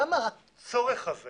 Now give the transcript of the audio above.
למה הצורך הזה